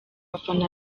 abafana